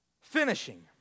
Finishing